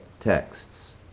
texts